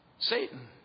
Satan